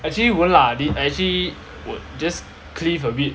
actually won't lah thi~ actually wou~ just cliff a bit